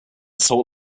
salt